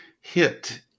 Hit